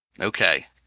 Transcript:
Okay